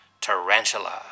Tarantula